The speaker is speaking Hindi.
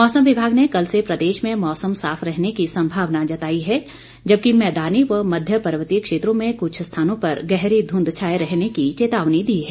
मौसम विभाग ने कल से प्रदेश में मौसम साफ रहने की संभावना जताई है जबकि मैदानी व मध्य पर्वतीय क्षेत्रों में कुछ स्थानों पर गहरी धूंध छाए रहने की चेतावनी दी है